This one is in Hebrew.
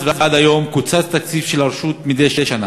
ועד היום קוצץ התקציב של הרשות מדי שנה,